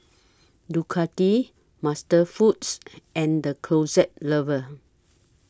Ducati MasterFoods and The Closet Lover